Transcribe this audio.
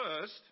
first